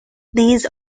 these